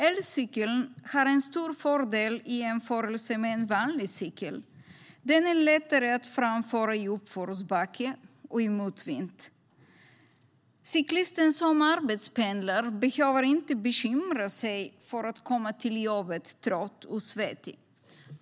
Elcykeln har en stor fördel i jämförelse med en vanlig cykel: Den är lättare att framföra i uppförsbacke och i motvind. Cyklisten som arbetspendlar behöver inte bekymra sig för att komma till jobbet trött och svettig.